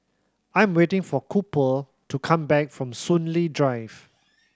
I'm waiting for Cooper to come back from Soon Lee Drive